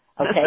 Okay